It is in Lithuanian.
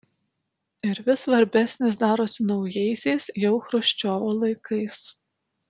ir vis svarbesnis darosi naujaisiais jau chruščiovo laikais